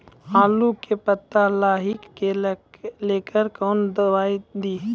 आलू के पत्ता लाही के लेकर कौन दवाई दी?